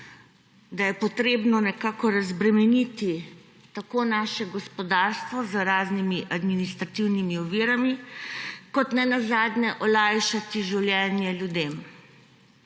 da je potrebno nekako razbremeniti tako naše gospodarstvo z raznimi administrativnimi ovirami kot nenazadnje olajšati življenje ljudem;